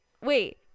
Wait